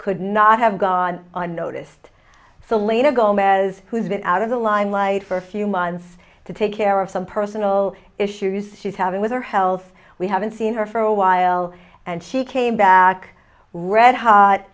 could not have gone on noticed the lena gomez who's been out of the limelight for a few months to take care of some personal issues she's having with her health we haven't seen her for a while and she came back read ho